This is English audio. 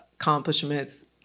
accomplishments